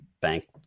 bank